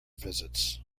visits